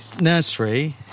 nursery